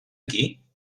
aquí